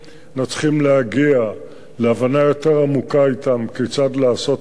אנחנו צריכים להגיע להבנה יותר עמוקה אתם כיצד לעשות את זה.